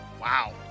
Wow